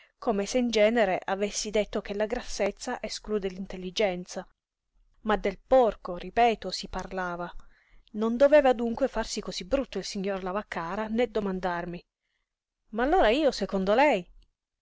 come se in genere avessi detto che la grassezza esclude l'intelligenza ma del porco ripeto si parlava non doveva dunque farsi cosí brutto il signor lavaccara né domandarmi ma allora io secondo lei